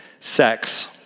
Sex